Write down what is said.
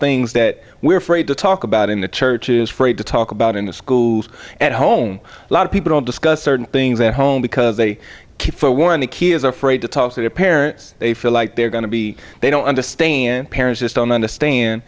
things that we're afraid to talk about in the church is free to talk about in the schools at home a lot of people don't discuss certain things at home because they keep forewarn the key is afraid to talk to their parents they feel like they're going to be they don't understand parents just don't understand